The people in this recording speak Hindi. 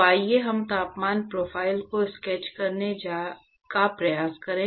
तो आइए हम तापमान प्रोफ़ाइल को स्केच करने का प्रयास करें